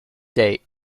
date